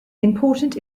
important